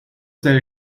sehr